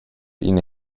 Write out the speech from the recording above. ina